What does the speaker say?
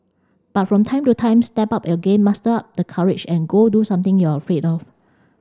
but from time to time step up your game muster up the courage and go do something you're afraid of